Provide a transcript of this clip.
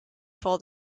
for